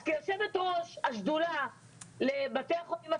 אז כיושבת ראש השדולה לבתי החולים הציבוריים,